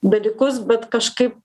dalykus bet kažkai